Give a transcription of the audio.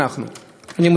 סגן השר המתמיד,